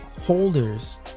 holders